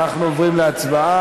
אנחנו עוברים להצבעה.